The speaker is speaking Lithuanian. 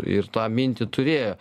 ir tą mintį turėjo